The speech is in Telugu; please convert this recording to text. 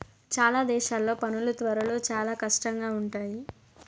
చాలా దేశాల్లో పనులు త్వరలో చాలా కష్టంగా ఉంటాయి